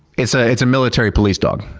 it's ah it's a military police dog.